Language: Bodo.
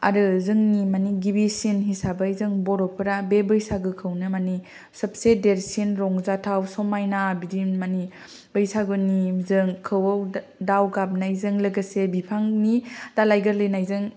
आरो माने जोंनि गिबिसिन हिसाबै जों बर'फोरा बे बैसागोखौनो माने सबसे देरसिन रंजाथाव समाइना बिदि माने बैसागोनि माने खौऔ दाउ गाबनायजों लोगोसे बिफांनि दालाइ गोर्लैनायजों